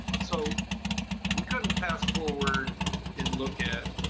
so we couldn't fast forward and look at,